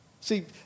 See